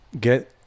get